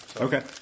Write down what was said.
Okay